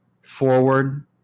forward